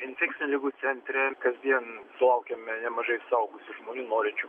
infekcinių ligų centre kasdien sulaukiame nemažai suaugusių žmonių norinčių